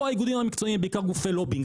פה האיגודים המקצועיים הם בעיקר גופי לובינג.